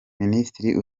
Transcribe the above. minisitiri